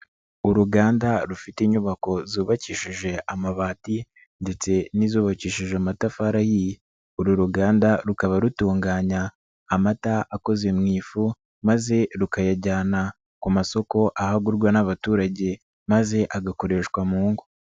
Uruganda rufite inyubako zubakishije amabati ndetse n'izubakishije amatafari ahiye, uru ruganda rukaba rutunganya amata akoze mu ifu maze rukayajyana ku masoko aho agurwa n'abaturage maze agakoreshwa mu ngo.